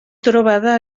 trobada